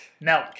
Milk